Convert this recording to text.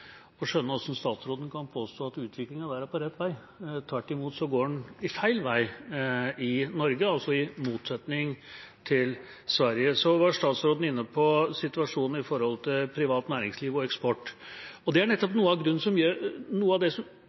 statsråden kan påstå at utviklingen der er på rett vei. Tvert imot går den feil vei i Norge – i motsetning til i Sverige. Statsråden var inne på situasjonen for privat næringsliv og eksport, og det er nettopp noe av det som gir meg grunn til bekymring. Vi kjenner til oljeprisfallet, vi kjenner til oljesektorens problemer på grunn av det,